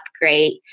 great